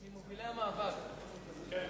חבר הכנסת אופיר אקוניס